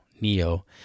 Neo